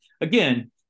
again